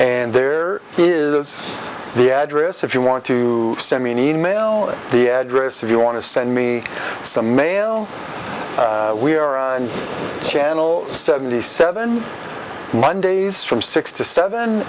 and there is the address if you want to send me an email at the address if you want to send me some mail we are on channel seventy seven mondays from six to seven